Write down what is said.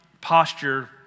posture